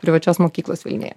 privačios mokyklos vilniuje